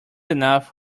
enough